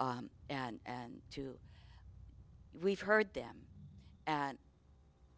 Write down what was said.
forward and to we've heard them and